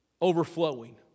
Overflowing